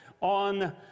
on